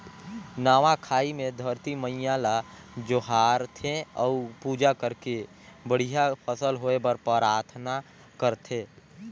नवा खाई मे धरती मईयां ल जोहार थे अउ पूजा करके बड़िहा फसल होए बर पराथना करथे